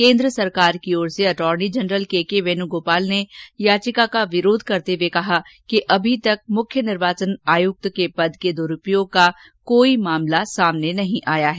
केन्द्र सरकार की ओर से attorney general K K Venugopal ने याचिका का विरोध करते हुए कहा कि अभी तक मुख्य निर्वाचन आयुक्त के पद के दुरूपयोग का कोई मामला सामने नहीं आया है